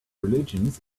religions